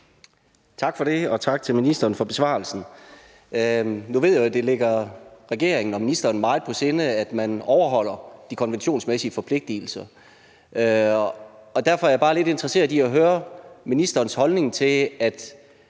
Tak for det, og tak til ministeren for besvarelsen. Nu ved jeg jo, at det ligger regeringen og ministeren meget på sinde, at man overholder de konventionsmæssige forpligtelser. Derfor er jeg bare lidt interesseret i at høre om ministerens holdning til, at